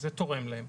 שזה תורם להם,